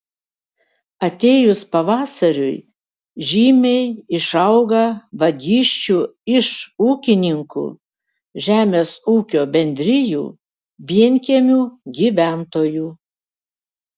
atėjus pavasariui žymiai išauga vagysčių iš ūkininkų žemės ūkio bendrijų vienkiemių gyventojų